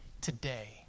today